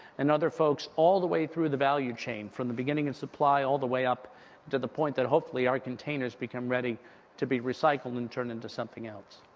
and other folks all the way through the value chain. from the beginning of and supply all the way up to the point that hopefully, our containers become ready to be recycled and turned into something else.